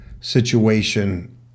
situation